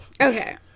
Okay